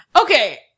Okay